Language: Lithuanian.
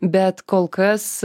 bet kol kas